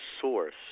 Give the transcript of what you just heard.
source